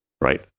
right